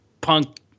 Punk